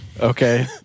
Okay